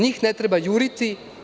Njih ne treba juriti.